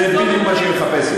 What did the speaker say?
זה בדיוק מה שהיא מחפשת.